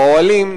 או האוהלים,